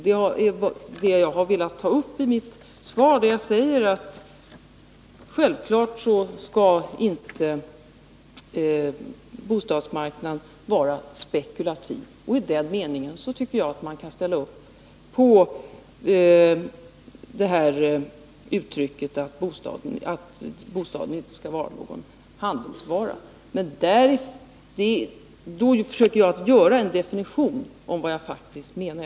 Det är detta som jag har velat ta upp i mitt svar, när jag säger att självfallet skall inte bostadsmarknaden vara spekulativ. I den meningen tycker jag att man kan ställa upp på uttrycket att bostaden inte skall vara någon handelsvara. Men då försöker jag ge en definition av vad jag faktiskt menar.